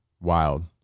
Wild